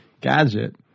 Gadget